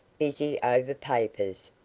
busy over papers,